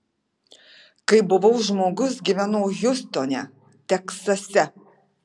kai buvau žmogus gyvenau hjustone teksase